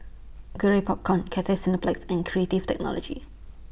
Garrett Popcorn Cathay Cineplex and Creative Technology